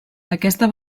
aquesta